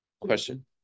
Question